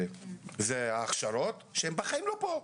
זה ההכשרות, שהם בחיים לא פה.